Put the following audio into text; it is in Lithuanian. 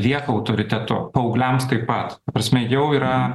lieka autoritetu paaugliams taip pat ta prasme jau yra